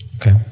Okay